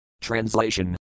Translation